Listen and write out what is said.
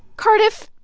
cardiff,